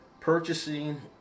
purchasing